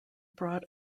brought